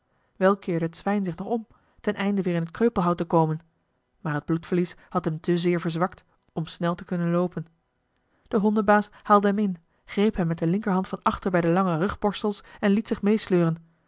wel keerde het zwijn zich nog om ten einde weer in het kreupelhout te komen maar het bloedverlies had hem te zeer verzwakt om snel te kunnen loopen de hondenbaas haalde hem in greep hem met de linkerhand van achter bij de lange rugborstels en liet zich meesleuren